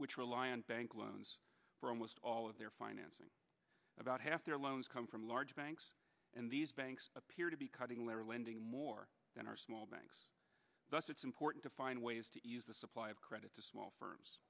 which rely on bank loans for almost all of their financing about half their loans come from large banks and these banks appear to be cutting their lending more than our small banks thus it's important to find ways to use the supply of credit to small firms